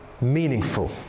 meaningful